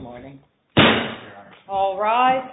morning all right